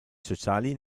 sociali